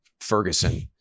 Ferguson